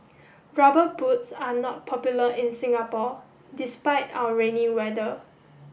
rubber boots are not popular in Singapore despite our rainy weather